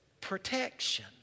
Protection